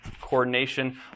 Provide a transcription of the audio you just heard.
coordination